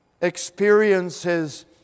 experiences